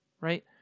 right